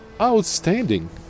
outstanding